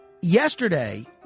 Yesterday